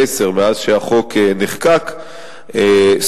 מאז נחקק החוק,